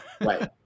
right